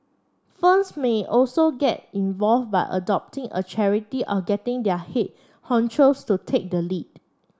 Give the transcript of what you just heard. firms may also get involve by adopting a charity or getting their head honchos to take the lead